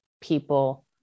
people